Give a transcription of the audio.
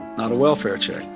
not a welfare check.